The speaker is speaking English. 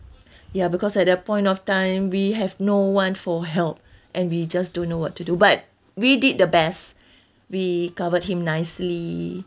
ya because at that point of time we have no one for help and we just don't know what to do but we did the best we covered him nicely